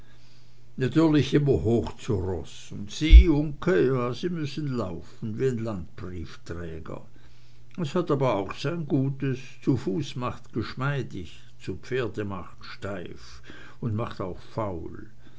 natürlich immer hoch zu roß und sie uncke ja sie müssen laufen wie n landbriefträger es hat aber auch sein gutes zu fuß macht geschmeidig zu pferde macht steif und macht auch faul